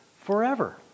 forever